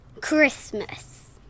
Christmas